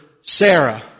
Sarah